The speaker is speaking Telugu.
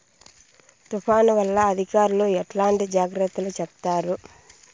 తుఫాను వల్ల అధికారులు ఎట్లాంటి జాగ్రత్తలు చెప్తారు?